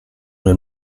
nel